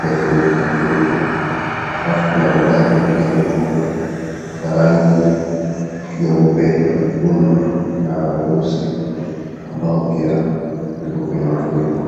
imefurika kufurika. Alafu kuna magari pia uko ya rangi nyeupe, nyekundu na weusi ambayo pia ziko kwenye mafuriko.